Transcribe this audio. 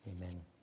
Amen